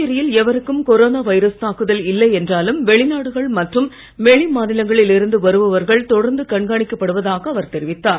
புதுச்சேரியில் எவருக்கும் corona virus தாக்குதல் இல்லை என்றாலும் வெளி நாடுகள் மற்றும் வெளி மாநிலங்களில் இருந்து வருபவர்கள் தொடர்ந்து கண்காணிக்கப்படுவதாக அவர் தெரிவித்தார்